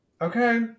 Okay